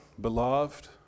beloved